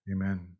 Amen